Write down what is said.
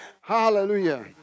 Hallelujah